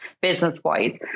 business-wise